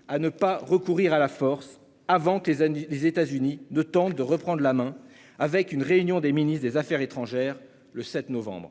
« ne pas recourir à la force », avant que les États-Unis ne tentent de reprendre la main au moyen d'une réunion des ministres des affaires étrangères, le 7 novembre